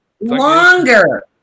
longer